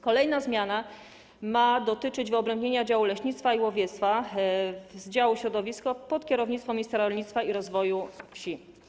Kolejna zmiana ma dotyczyć wyodrębnienia działu leśnictwo i łowiectwo z działu środowisko pod kierownictwem ministra rolnictwa i rozwoju wsi.